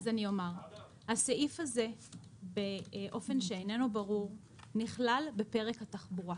הסעיף הזה באופן שאיננו ברור נכלל בפרק התחבורה,